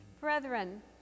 brethren